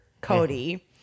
Cody